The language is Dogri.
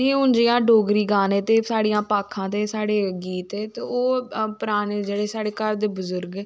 नी हून जियां डोगरी गाने ते साढ़िया भाखां ते साढ़े गीत ते ओह् पराने जेह्ड़े साढ़े बजुर्ग